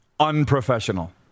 unprofessional